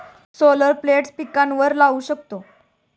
solar plates पिकांवर लाऊ शकतो